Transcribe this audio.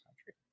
country